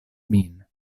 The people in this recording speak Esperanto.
min